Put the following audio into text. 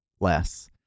less